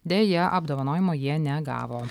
deja apdovanojimo jie negavo